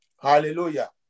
Hallelujah